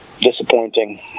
disappointing